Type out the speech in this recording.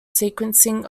sequencing